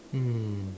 mm